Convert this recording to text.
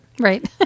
right